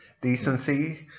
Decency